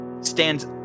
stands